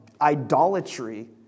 idolatry